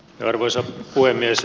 arvoisa puhemies